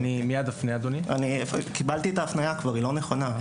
כבר קיבלתי את ההפניה, היא לא נכונה.